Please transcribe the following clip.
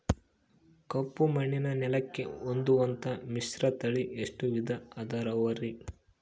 ಕಪ್ಪುಮಣ್ಣಿನ ನೆಲಕ್ಕೆ ಹೊಂದುವಂಥ ಮಿಶ್ರತಳಿ ಎಷ್ಟು ವಿಧ ಅದವರಿ?